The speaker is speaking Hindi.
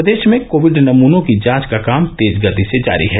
प्रदेश में कोविड नमूनों की जांच का काम तेज गति से जारी है